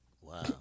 Wow